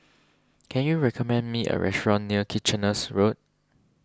can you recommend me a restaurant near Kitcheners Road